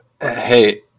Hey